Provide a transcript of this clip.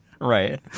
right